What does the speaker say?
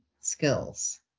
skills